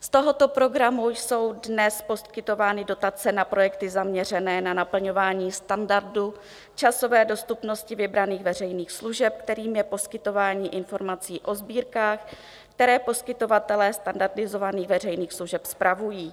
Z tohoto programu jsou dnes poskytovány dotace na projekty zaměřené na naplňování standardu, časové dostupnosti vybraných veřejných služeb, kterým je poskytování informací o sbírkách, které poskytovatelé standardizovaných veřejných služeb spravují.